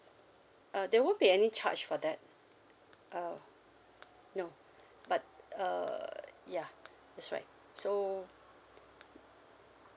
uh there won't be any charge for that uh no but uh ya that's right so